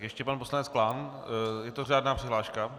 Ještě pan poslanec Klán, je to řádná přihláška.